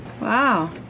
Wow